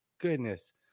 goodness